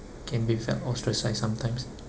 can be felt ostracised sometimes